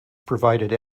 provided